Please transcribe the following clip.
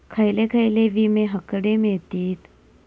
खयले खयले विमे हकडे मिळतीत?